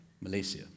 Malaysia